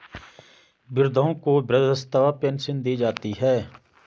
वृद्धों को वृद्धावस्था पेंशन दी जाती है